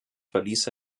verließ